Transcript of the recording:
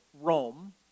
Rome